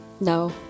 No